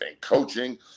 coaching